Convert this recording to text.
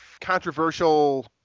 controversial